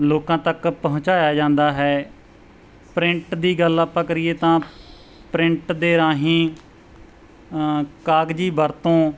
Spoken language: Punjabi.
ਲੋਕਾਂ ਤੱਕ ਪਹੁੰਚਾਇਆ ਜਾਂਦਾ ਹੈ ਪ੍ਰਿੰਟ ਦੀ ਗੱਲ ਆਪਾਂ ਕਰੀਏ ਤਾਂ ਪ੍ਰਿੰਟ ਦੇ ਰਾਹੀਂ ਕਾਗਜ਼ੀ ਵਰਤੋਂ